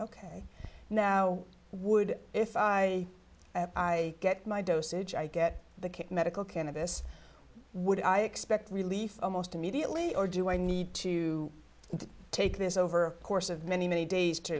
ok now would if i i get my dosage i get the medical cannabis would i expect relief almost immediately or do i need to take this over the course of many many days to